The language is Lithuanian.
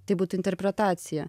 tai būtų interpretacija